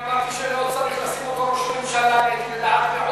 לא שמעתם לי.